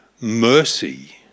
mercy